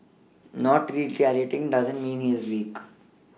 not retaliating does not mean he is weak